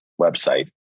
website